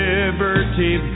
Liberty